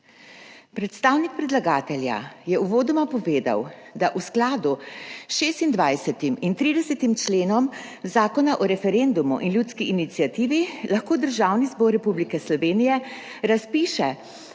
Predstavnik predlagatelja je uvodoma povedal, da v skladu s 26. in 30. členom Zakona o referendumu in ljudski iniciativi lahko Državni zbor republike Slovenije razpiše